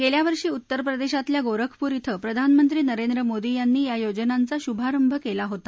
गेल्यावर्षी उत्तर प्रदेशातल्या गोरखपूर क्षे प्रधानमंत्री नरेंद्र मोदी यांनी या योजनांचा शुभारंभ केला होता